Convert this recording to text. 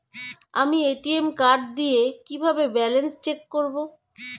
আমি ATM card দিয়ে কিভাবে ব্যালেন্স চেক করব?